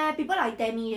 somemore same course leh